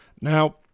Now